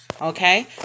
Okay